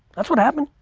that's what happened.